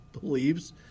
believes